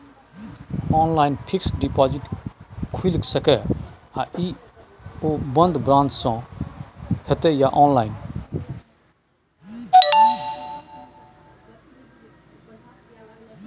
Online fixed deposit खुईल सके इ आ ओ बन्द ब्रांच स होतै या ऑनलाइन?